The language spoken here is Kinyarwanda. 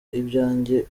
ibyanjye